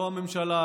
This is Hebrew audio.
לא הממשלה,